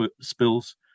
spills